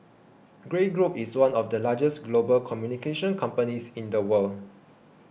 Grey Group is one of the largest global communications companies in the world